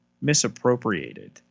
misappropriated